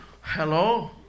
Hello